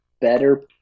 better